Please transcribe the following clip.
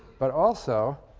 but also,